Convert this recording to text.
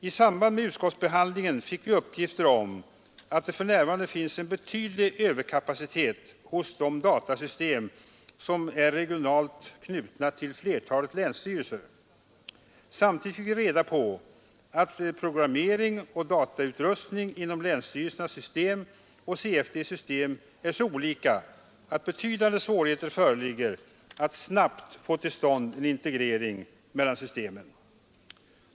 I samband med utskottsbehandlingen fick vi uppgifter om att det för närvarande finns en betydlig överkapacitet hos de datasystem som är regionalt knutna till flertalet länsstyrelser. Samtidigt fick vi reda på att programmering och datautrustning inom länsstyrelsernas system och CFD':s system är så olika att betydande svårigheter föreligger att snabbt få till stånd en integrering mellan systemen.